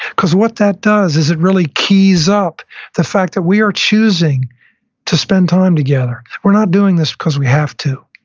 because what that does is it really keys up the fact that we are choosing to spend time together. we're not doing this because we have to.